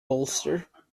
bolster